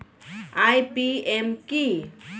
IPM কি?